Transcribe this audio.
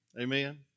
Amen